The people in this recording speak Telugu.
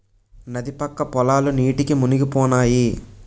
నది పక్క పొలాలు నీటికి మునిగిపోనాయి